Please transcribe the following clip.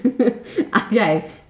Okay